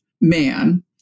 man